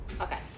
Okay